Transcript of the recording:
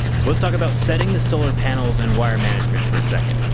so let's talk about setting the solar panels and wire management for a second.